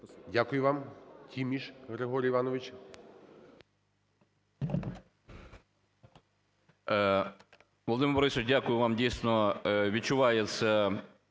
Дякую вам. Тіміш Григорій Іванович.